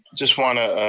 just want to,